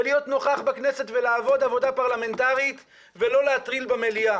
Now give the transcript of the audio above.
ולהיות נוכח בכנסת ולעבוד עבודה פרלמנטרית ולא להטריל במליאה.